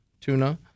tuna